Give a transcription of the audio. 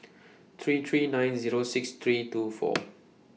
three three nine Zero six three two four